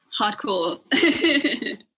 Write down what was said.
hardcore